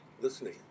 listening